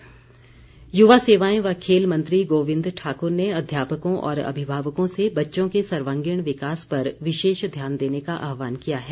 गोविंद ठाकुर युवा सेवाएं व खेल मंत्री गोविंद ठाकुर ने अध्यापकों और अभिभावकों से बच्चों के सर्वांगीण विकास पर विशेष ध्यान देने का आह्वान किया है